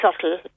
subtle